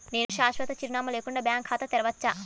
నేను శాశ్వత చిరునామా లేకుండా బ్యాంక్ ఖాతా తెరవచ్చా?